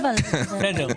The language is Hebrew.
בסדר.